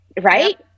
Right